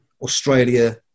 Australia